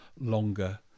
longer